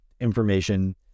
information